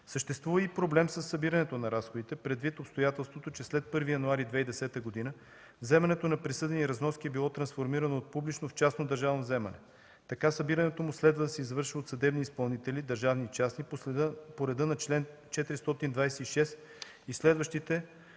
Съществува и проблем със събирането на разходите предвид обстоятелството, че след 1 януари 2010 г. вземането на присъдени разноски е било трансформирано от публично в частно държавно вземане. Така събирането му следва да се извършва от съдебни изпълнители, държавни и частни, по реда на чл. 426 и следващите от